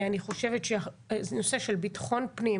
אני חושבת שנושא של ביטחון פנים